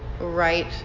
Right